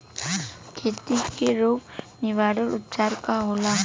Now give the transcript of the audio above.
खेती के रोग निवारण उपचार का होला?